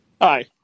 Hi